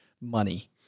money